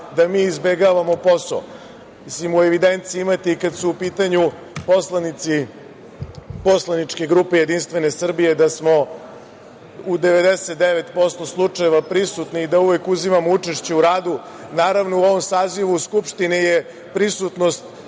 da mi izbegavamo posao.U evidenciji imate, kad su u pitanju poslanici poslaničke grupe JS, da smo u 99% slučaja prisutni, da uvek uzimamo učešće u radu. Naravno, u ovom sazivu Skupštine je prisutnost